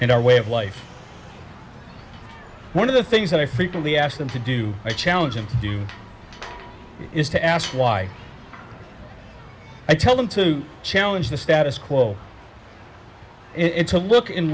and our way of life one of the things that i frequently asked them to do i challenge him to do is to ask why i tell them to challenge the status quo it to look